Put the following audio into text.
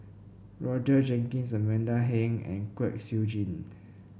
Roger Jenkins Amanda Heng and Kwek Siew Jin